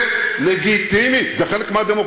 זה לגיטימי, זה חלק מהדמוקרטיה.